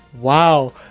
Wow